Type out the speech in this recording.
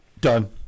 done